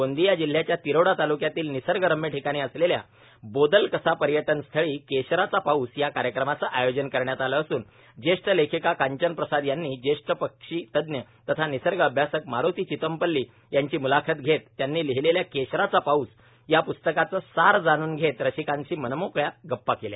गोंदिया जिल्याच्या तिरोडा ताल्क्यातील निसर्गरम्य ठिकाणी असलेल्या बोदलकसा पर्यटन स्थळी केशराचा पाऊस या कार्यक्रमाचं आयोजन करण्यात आलं असून जेष्ठ लेखीका कांचन प्रसाद यांनी जेष्ठ पक्षी तञ् तथा निसर्ग अभ्यासक मारुती चितमपल्ली यांची मुलाखत घेत त्यांनी लिहलेल्या केशराचा पाऊस या प्स्तकाचा सार जाणून घेत रसिकांशी मनमोकळ्या गप्पा केल्या